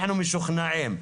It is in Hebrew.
אנחנו משוכנעים.